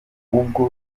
ubwo